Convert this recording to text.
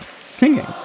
singing